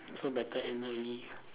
so better end early